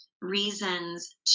reasons